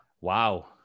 Wow